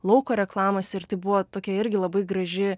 lauko reklamos ir tai buvo tokia irgi labai graži